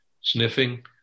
sniffing